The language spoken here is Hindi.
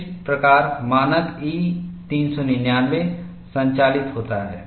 इस प्रकार मानक E399 संचालित होता है